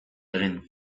egin